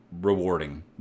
rewarding